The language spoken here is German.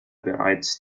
bereits